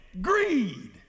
Greed